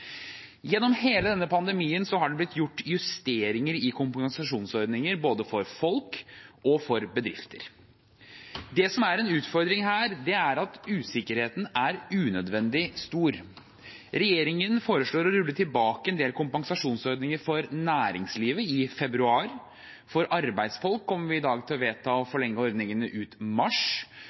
Gjennom hele denne pandemien har det blitt gjort justeringer i kompensasjonsordninger, både for folk og for bedrifter. Det som er en utfordring her, er at usikkerheten er unødvendig stor. Regjeringen foreslår å rulle tilbake en del kompensasjonsordninger for næringslivet i februar. For arbeidsfolk kommer vi i dag til å vedta å forlenge ordningene ut mars,